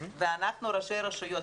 ואנחנו כראשי רשויות,